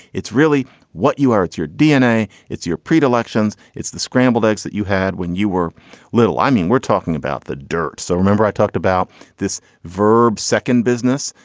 it's really what you are. it's your dna, it's your predilections. it's the scrambled eggs that you had when you were little. i mean, we're talking about the dirt. so remember, i talked about this verb second business.